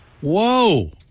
Whoa